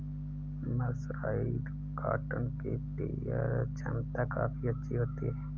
mercerised cotton की tear छमता काफी अच्छी होती है